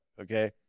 okay